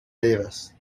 davis